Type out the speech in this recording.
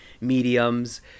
mediums